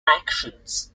actions